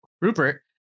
Rupert